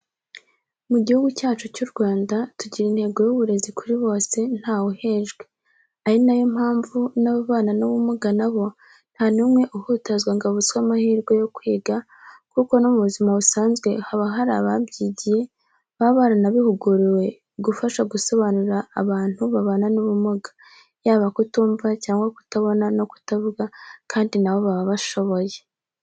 Mu Gihugu cyacu cy'u Rwanda tugira intego y'uburezi kuri bose ntawuhejwe ari na yo mpamvu n'ababana n'ubumuga na bo nta n'umwe uhutazwa ngo avutswe amahirwe yo yo kwiga kuko no mu buzima busanzwe haba hari ababyigiye baba baranabihuguriwe gufasha gusobanurira abantu babana n'ubumuga, yaba kutumva cyangwa kutabona no kutavuga kandi na bo baba bashoboye.